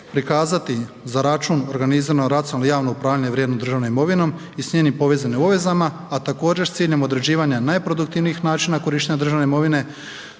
prikazati za račun organizirano racionalno javno upravljanje vrijednom državnom imovinom i s njenim povezanim obvezama a također s ciljem određivanja najproduktivnijih način korištenja državne imovine